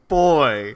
boy